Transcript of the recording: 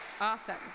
awesome